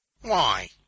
Why